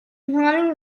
morning